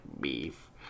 beef